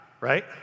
right